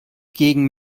gegen